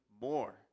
more